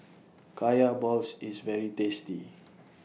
Kaya Balls IS very tasty